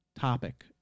topic